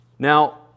Now